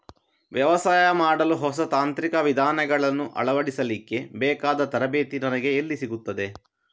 ವ್ಯವಸಾಯ ಮಾಡಲು ಹೊಸ ತಾಂತ್ರಿಕ ವಿಧಾನಗಳನ್ನು ಅಳವಡಿಸಲಿಕ್ಕೆ ಬೇಕಾದ ತರಬೇತಿ ನನಗೆ ಎಲ್ಲಿ ಸಿಗುತ್ತದೆ?